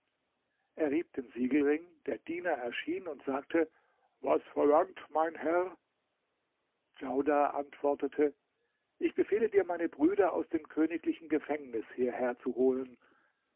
er rieb den siegelring der diener erschien und sagte was verlangt mein herr djaudar antwortete ich befehle dir meine brüder aus dem königlichen gefängnis hierher zu holen